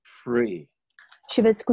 free